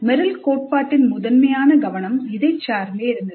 Merrill கோட்பாட்டின் முதன்மையான கவனம் இதைச் சார்ந்தே இருந்தது